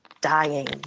dying